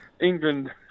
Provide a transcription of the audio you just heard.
England